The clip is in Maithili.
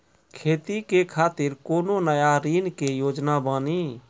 खेती के खातिर कोनो नया ऋण के योजना बानी?